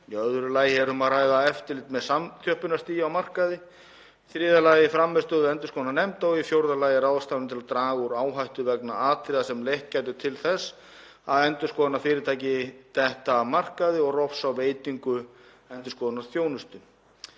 Í öðru lagi er um að ræða eftirlit með samþjöppunarstigi á markaði. Í þriðja lagi frammistöðu endurskoðunarnefnda og í fjórða lagi ráðstafanir til að draga úr áhættu vegna atriða sem leitt gætu til þess að endurskoðunarfyrirtæki detti af markaði og rofs á veitingu endurskoðunarþjónustu.